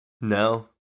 No